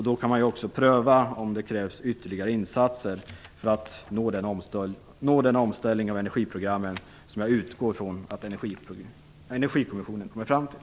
Då kan man också pröva om det krävs ytterligare insatser för att nå den omställning av energiprogrammen som jag utgår från att energiproduktionen kommer fram till.